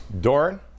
Doran